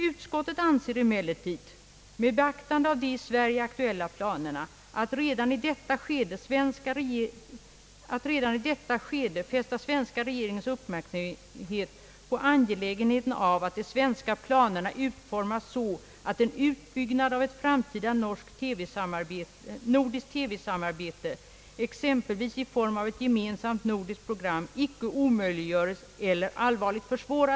Utskottet anser emellertid — med beaktande av de i Sverige aktuella planerna — att redan i detta skede svenska regeringens uppmärksamhet bör fästas på angelägenheten av att de svenska planerna utformas så, att en utbyggnad av ett framtida nordiskt TV-samarbete exempelvis i form av ett gemensamt nordiskt program icke omöjliggöres eller allvarligt försvåras.